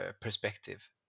perspective